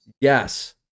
Yes